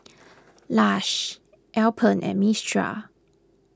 Lush Alpen and Mistral